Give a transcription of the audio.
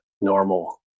normal